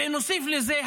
ונוסיף לזה,